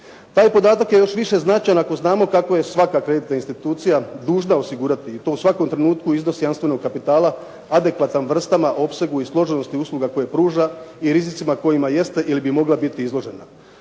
Taj podatak je još više značajan ako znamo kako je svaka kreditna institucija dužna osigurati i to u svakom trenutku iznos jamstvenog kapitala adekvatan vrstama, opsegu i složenosti usluga koje pruža i rizicima kojima jeste ili bi mogla biti izložena.